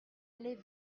allez